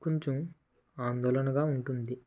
కొంచెం ఆందోళనగా ఉంటుంది